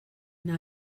not